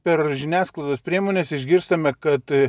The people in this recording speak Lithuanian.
per žiniasklaidos priemones išgirstame kad